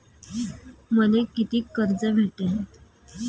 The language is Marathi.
मले कितीक कर्ज भेटन?